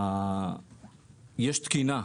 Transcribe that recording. יש תקינה,